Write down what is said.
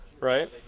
right